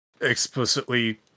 explicitly